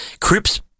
Crips